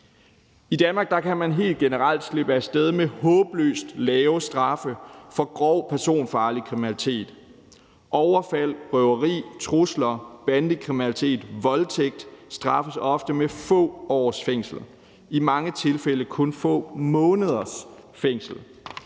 I Danmark kan man helt generelt slippe med håbløst lave straffe for grov personfarlig kriminalitet. Overfald, røveri, trusler, bandekriminalitet og voldtægt straffes ofte med få års fængsel, i mange tilfælde kun få måneders fængsel.